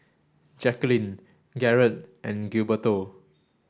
Jacklyn Garrett and Gilberto